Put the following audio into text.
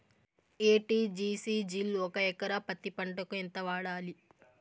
ఎ.టి.జి.సి జిల్ ఒక ఎకరా పత్తి పంటకు ఎంత వాడాలి?